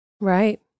Right